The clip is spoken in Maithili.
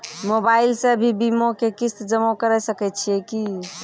मोबाइल से भी बीमा के किस्त जमा करै सकैय छियै कि?